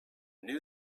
knew